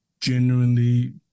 genuinely